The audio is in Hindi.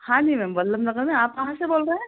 हाँ जी मैम वल्लभ नगर में आप कहाँ से बोल रहे हैं